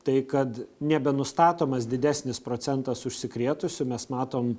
tai kad nebenustatomas didesnis procentas užsikrėtusių mes matom